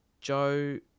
Joe